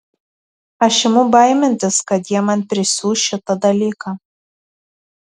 aš imu baimintis kad jie man prisiūs šitą dalyką